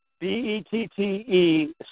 B-E-T-T-E